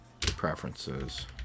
Preferences